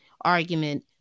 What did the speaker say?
argument